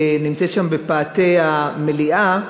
שנמצאת שם בפאתי המליאה,